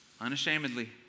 unashamedly